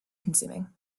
consuming